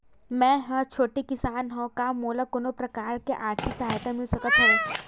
मै ह छोटे किसान हंव का मोला कोनो प्रकार के आर्थिक सहायता मिल सकत हवय?